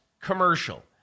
commercial